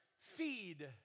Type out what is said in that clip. feed